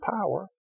power